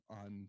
on